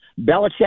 Belichick